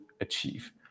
achieve